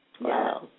Wow